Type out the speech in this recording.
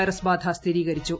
virus ബാധ സ്ഥിര്യീക്ടിച്ചു